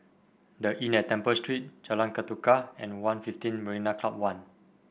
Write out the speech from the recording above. The Inn at Temple Street Jalan Ketuka and One Fifteen Marina Club One